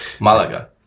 Malaga